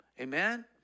Amen